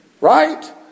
Right